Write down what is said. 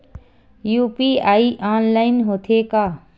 UPI online होथे का?